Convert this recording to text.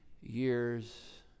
years